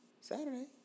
Saturday